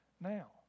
now